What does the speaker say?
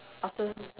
after